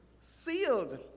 sealed